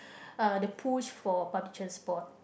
uh the push for public transport